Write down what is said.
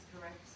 correct